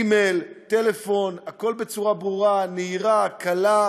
אימייל, טלפון, הכול בצורה ברורה, נהירה, קלה.